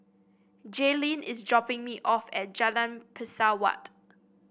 Jaylin is dropping me off at Jalan Pesawat